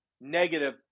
negative